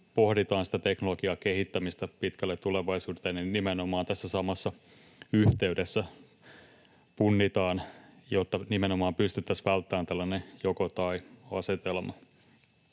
että kun pohditaan sitä teknologiakehittämistä pitkälle tulevaisuuteen, niin tässä samassa yhteydessä punnitaan, jotta nimenomaan pystyttäisiin välttämään tällainen joko—tai-asetelma.